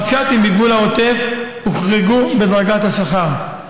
הרבש"צים בגבול העוטף הוחרגו בדרגת השכר,